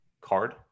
card